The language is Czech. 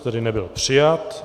Tedy nebyl přijat.